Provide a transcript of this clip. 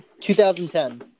2010